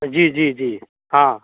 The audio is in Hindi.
जी जी जी हाँ